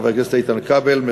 חבר הכנסת איתן כבל,